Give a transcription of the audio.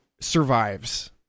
survives